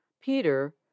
Peter